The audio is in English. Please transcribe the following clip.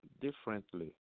differently